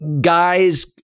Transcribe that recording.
guys